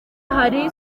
hari